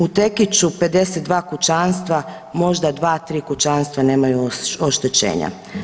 U Tekiću 52 kućanstva, možda 2-3 kućanstva nemaju oštećenja.